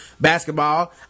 basketball